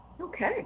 Okay